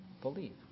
Believe